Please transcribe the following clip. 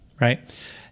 Right